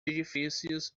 edifícios